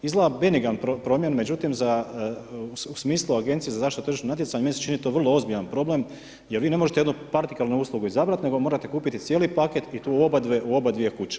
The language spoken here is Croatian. Izgleda benigan problem međutim u smislu Agencije za zaštitu tržišnog natjecanja meni se čini to vrlo ozbiljan problem jer vi ne možete jednu partikalnu uslugu izabrati nego morate kupiti cijeli pakat i to u obadvije kuće.